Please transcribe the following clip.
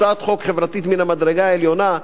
הצעת חוק חברתית מן המדרגה העליונה.